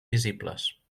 visibles